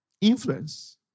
Influence